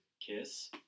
kiss